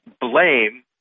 blame